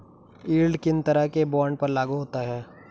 Yield किन तरह के बॉन्ड पर लागू होता है?